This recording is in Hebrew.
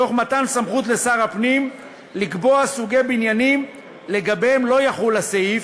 תוך מתן סמכות לשר הפנים לקבוע סוגי בניינים שלגביהם לא יחול הסעיף,